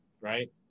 right